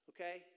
Okay